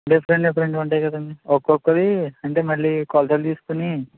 different డిఫరెంట్వి ఉంటాయి కదండీ ఒక్కొక్కదీ అంటే మళ్ళీ కొలతలు తీసుకొని